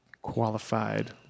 qualified